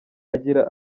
agira